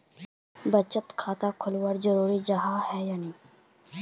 बचत खाता खोलना की जरूरी जाहा या नी?